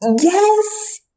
Yes